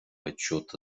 отчет